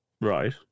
Right